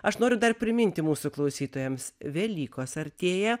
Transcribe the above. aš noriu dar priminti mūsų klausytojams velykos artėja